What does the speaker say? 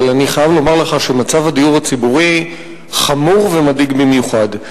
אבל אני חייב לומר לך שמצב הדיור הציבורי חמור ומדאיג במיוחד.